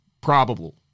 probable